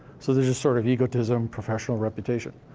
so there's this sort of egotism, professional reputation.